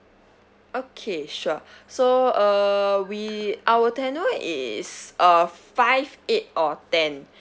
okay sure so uh we our tenure is uh five eight or ten